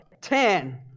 Ten